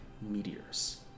meteors